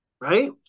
Right